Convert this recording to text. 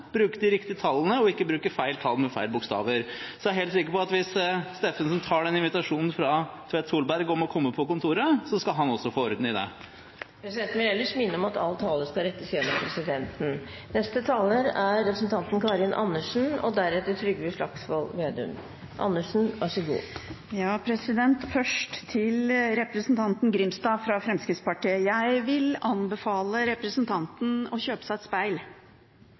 bruke de riktige tallene og ikke bruke feil tall med feil bokstaver. Jeg er helt sikker på at hvis Steffensen tar imot den invitasjonen fra Tvedt Solberg om å komme på kontoret, så skal han også få orden i det. Presidenten vil minne om at all tale skal rettes til presidenten. Først til representanten Grimstad fra Fremskrittspartiet: Jeg vil anbefale representanten å kjøpe seg et speil.